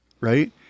Right